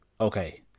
Okay